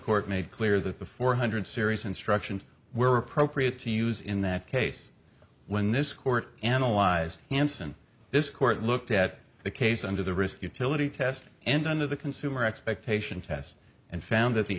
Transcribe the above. court made clear that the four hundred series instructions were appropriate to use in that case when this court analyzed hansen this court looked at the case under the risk utility test and under the consumer expectation test and found that the